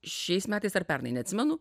šiais metais ar pernai neatsimenu